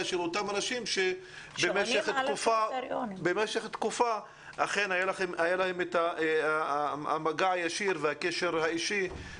של אותם אנשים שבמשך תקופה היה להם את המגע הישיר והקשר האישי עם הילד.